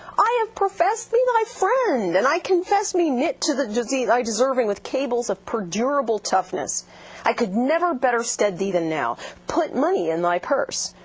i have professed thee my friend and i confess mean it to the disease i deserving with cables of perdurable toughness i could never better stead thee than now. put money in thy purse.